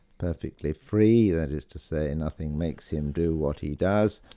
perfectly free, that is to say nothing makes him do what he does,